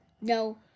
No